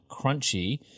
crunchy